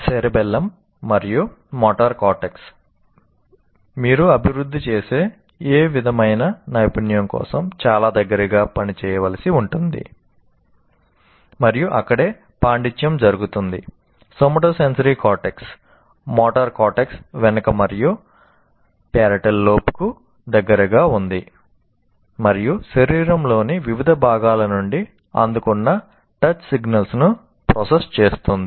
cerebellum దగ్గరగా ఉంది మరియు శరీరంలోని వివిధ భాగాల నుండి అందుకున్న టచ్ సిగ్నల్స్ ను ప్రాసెస్ చేస్తుంది